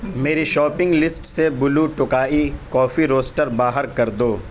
میری shopping list سے Blue Tokai coffee roaster باہر کر دو